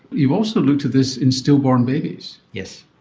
you've also looked at this in stillborn babies. yes.